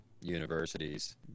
universities